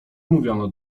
mówiono